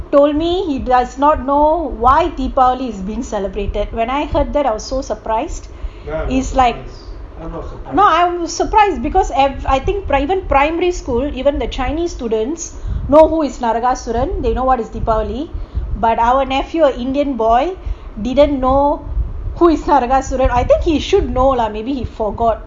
told me he does not know why deepavali is being celebrated when I heard that I was so surprised is like no I am surprised because I think primary school even the chinese students know who is Narakasuran they know what is deepavali but our nephew an indian boy did not know who is Narakasuran I think he should know lah I think he forgot